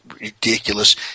ridiculous